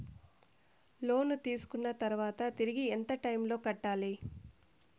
లోను తీసుకున్న తర్వాత తిరిగి ఎంత టైములో కట్టాలి